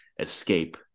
escape